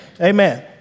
Amen